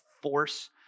force